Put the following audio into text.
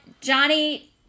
Johnny